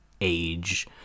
age